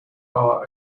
are